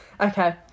okay